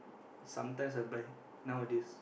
sometimes sometimes nowadays